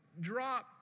drop